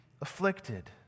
afflicted